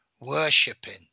worshipping